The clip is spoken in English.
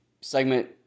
segment